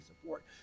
support